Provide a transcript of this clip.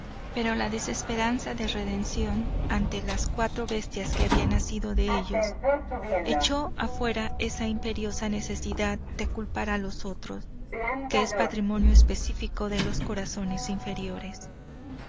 pero la desesperanza de redención ante las cuatro bestias que habían nacido de ellos echó afuera esa imperiosa necesidad de culpar a los otros que es patrimonio específico de los corazones inferiores